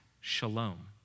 Shalom